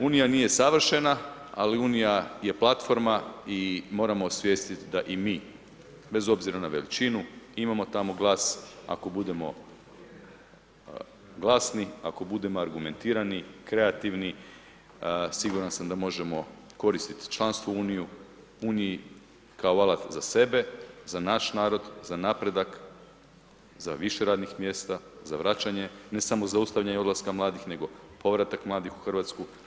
Unija nije savršena, ali Unija je platforma i moramo osvijestiti da i mi, bez obzira na veličinu, imamo tamo glas, ako budemo, glasni, ako budemo argumentirani, kreativni, siguran sam da možemo koristiti članstvo u Uniji, kao alat za sebe, za naš narod, za napredak, za više radnih mjesta, za vraćanje, ne samo zaustavljanje i odlaska mladih, nego povratak mladih u Hrvatsku.